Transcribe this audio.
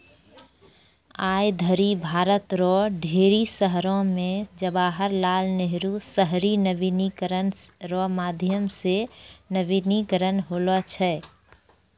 आय धरि भारत रो ढेरी शहरो मे जवाहर लाल नेहरू शहरी नवीनीकरण रो माध्यम से नवीनीकरण होलौ छै